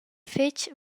fetg